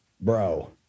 bro